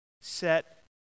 set